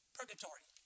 Purgatory